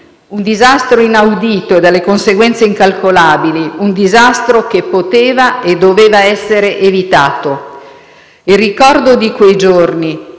un disastro inaudito e dalle conseguenze incalcolabili, un disastro che poteva e doveva essere evitato. Il ricordo di quei giorni